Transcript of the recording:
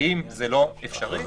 האם זה לא אפשרי?